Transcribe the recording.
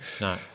no